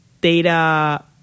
data